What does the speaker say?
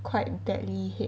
quite badly hit